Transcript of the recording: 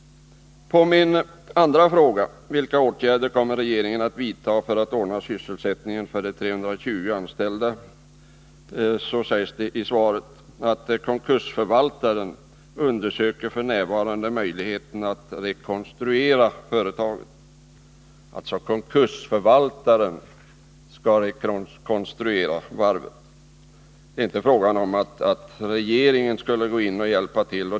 På min andra fråga — vilka åtgärder regeringen kommer att vidta för att ordna sysselsättning för de 320 anställda — sägs det i svaret att konkursförvaltaren ”undersöker f. n. möjligheterna att rekonstruera företaget”. Konkursförvaltaren skall alltså rekonstruera varvet. Det är inte fråga om att regeringen skulle gå in och hjälpa till.